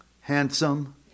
Handsome